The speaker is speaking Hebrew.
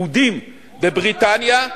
יהודים בבריטניה.